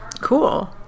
cool